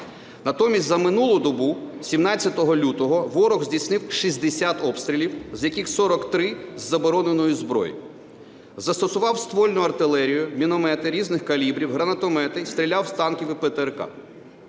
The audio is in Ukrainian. Натомість за минулу добу, 17 лютого, ворог здійснив 60 обстрілів, з яких 43 – із забороненої зброї; застосував ствольну артилерію, міномети різних калібрів, гранатомети, стріляв з танків і ПТРК.